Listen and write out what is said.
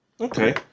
Okay